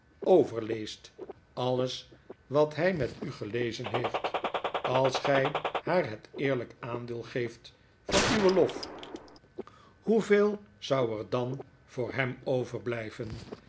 overleest alles wat hij met u gelezen heeft als gjj haar het eerlyk aandeel geeft van uwen lof hoeveel zou er dan voor hem overbiyven